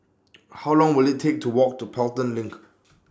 How Long Will IT Take to Walk to Pelton LINK